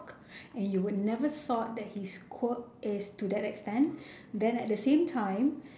and you would never thought that his quirk is to that extent then at the same time